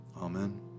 Amen